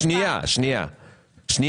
לא, שנייה, שנייה.